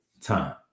Time